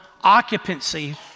occupancy